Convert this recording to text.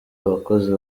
abakozi